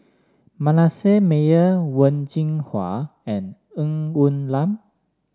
Manasseh Meyer Wen Jinhua and Ng Woon Lam